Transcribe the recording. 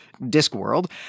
Discworld